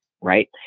right